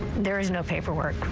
there's no paperwork.